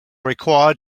required